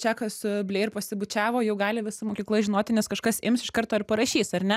čakas su bleir pasibučiavo jau gali visa mokykla žinoti nes kažkas ims iš karto ir parašys ar ne